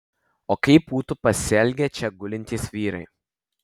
o kaip būtų pasielgę čia gulintys vyrai